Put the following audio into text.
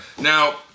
Now